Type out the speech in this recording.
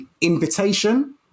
invitation